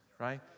right